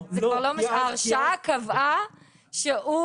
ההרשעה קבעה שהוא,